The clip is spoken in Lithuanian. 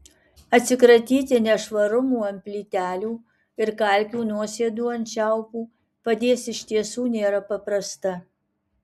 atsikratyti nešvarumų ant plytelių ir kalkių nuosėdų ant čiaupų padės iš tiesų nėra paprasta